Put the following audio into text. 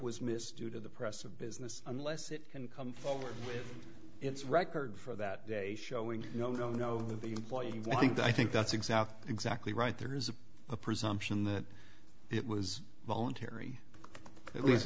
was missed due to the press of business unless it can come forward with its record for that day showing no no no the employee well i think i think that's exactly exactly right there is a presumption that it was voluntary at least